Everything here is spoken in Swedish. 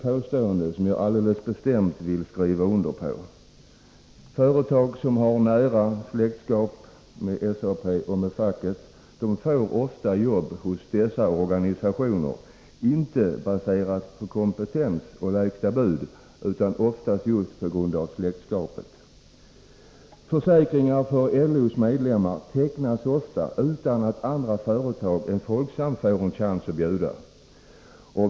Jag vill alldeles bestämt skriva under på det påståendet. Företag som har nära släktskap med SAP och facket får ofta jobb hos dessa organisationer, inte baserat på kompetens och lägsta bud utan på grund av sitt nära släktskap. Försäkringar för LO:s medlemmar tecknas ofta utan att andra företag än Folksam får chans att bjuda.